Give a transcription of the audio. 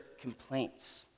complaints